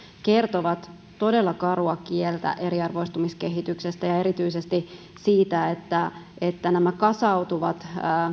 kertovat todella karua kieltä eriarvoistumiskehityksestä ja erityisesti että että nämä kasautuvat